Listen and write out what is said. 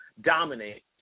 dominate